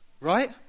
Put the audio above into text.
Right